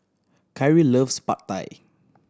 Khiry loves Pad Thai